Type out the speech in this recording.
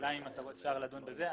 אולי אפשר לדון בזה.